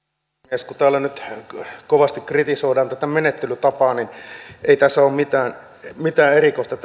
puhemies kun täällä nyt kovasti kritisoidaan tätä menettelytapaa niin ei tässä menettelytavassa ole mitään erikoista